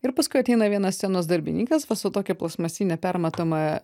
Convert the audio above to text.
ir paskui ateina vienas scenos darbininkas va su tokia plastmasine permatoma